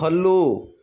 follow